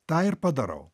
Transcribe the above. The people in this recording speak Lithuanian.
tą ir padarau